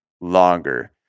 longer